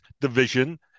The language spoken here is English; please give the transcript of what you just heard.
Division